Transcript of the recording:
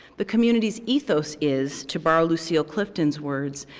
the community's ethos is, to borrow lucille clifton's words,